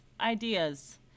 ideas